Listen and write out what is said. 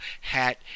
hat